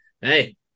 hey